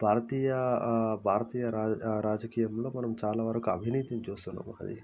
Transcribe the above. భారతీయ భారతీయ రాజ రాజకీయంలో మనం చాలా వరకు అవినీతిని చూస్తున్నాం అని